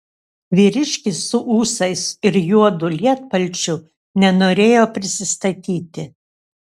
vyriškis su ūsais ir juodu lietpalčiu nenorėjo prisistatyti